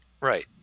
right